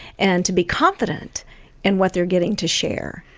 and to be confident in what they're getting to share.